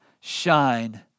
shine